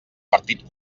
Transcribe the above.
partit